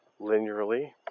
linearly